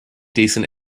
decent